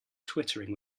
twittering